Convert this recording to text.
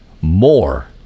more